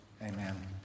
Amen